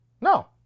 No